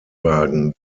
wagen